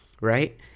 right